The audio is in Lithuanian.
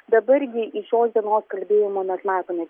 dabar gi iš šios dienos kalbėjimo mes matome